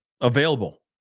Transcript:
available